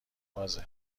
بازه